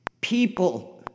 people